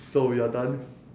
so we are done